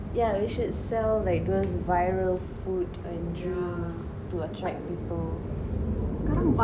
yeah we should sell like those viral food and drinks to attract people